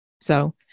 So-